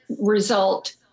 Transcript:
result